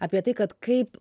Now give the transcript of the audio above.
apie tai kad kaip